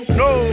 no